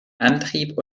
antrieb